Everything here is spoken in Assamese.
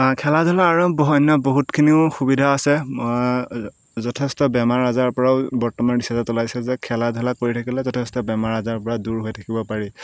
খেলা ধূলা আৰু অন্য বহুতখিনিও সুবিধা আছে যথেষ্ট বেমাৰ আজাৰৰ পৰাও বৰ্তমান ৰিছাৰ্জত ওলাইছে যে খেলা ধূলা কৰি থাকিলে যথেষ্ট বেমাৰ আজাৰৰ পৰা দূৰ হৈ থাকিব পাৰি